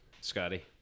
Scotty